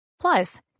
Plus